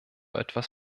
etwas